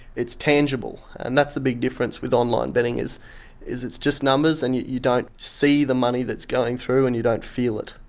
it's tangible, and that's the big difference with online betting is is it's just numbers and you you don't see the money that's going through and you don't feel it.